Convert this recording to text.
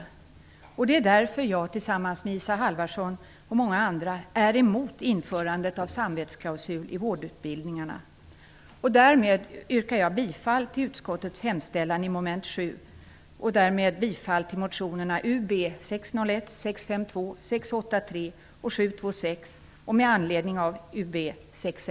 Därför är jag liksom Isa Halvarsson och många andra emot införandet av en samvetsklausul i vårdutbildningarna. Därmed yrkar jag bifall till utskottets hemställan i mom. 7 och bifall till motionerna Ub 601, 652, 683